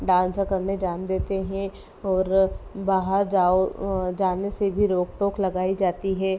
dance करने जाने देते हैं और बाहर जाओ जाने से भी रोक टोक लगाई जाती है